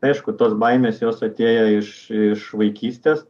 aišku tos baimės jos atėjo iš iš vaikystės